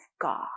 God